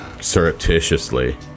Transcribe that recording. surreptitiously